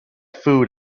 food